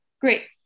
Great